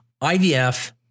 IVF